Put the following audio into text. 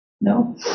No